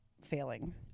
failing